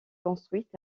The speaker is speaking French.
construite